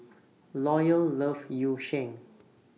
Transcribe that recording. Loyal loves Yu Sheng